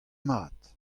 mat